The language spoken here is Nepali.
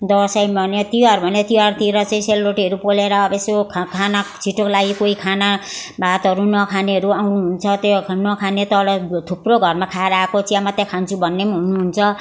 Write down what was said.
दसैँ भने तिहार भने तिहारतिर चाहिँ सेलरोटीहरू पोलेर अब यसो खा खाना छिटोको लागि कोही खाना भातहरू नखानेहरू आउनु हुन्छ त्यो नखाने तल थुप्रो घरमा खाएर आएको चिया मात्र खान्छु भन्ने हुनु हुन्छ